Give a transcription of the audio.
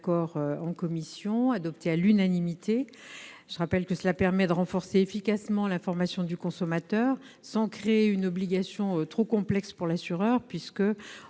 en commission, adopté à l'unanimité. Elle permettra de renforcer efficacement l'information du consommateur, sans créer une obligation trop complexe pour l'assureur, qui